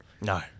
No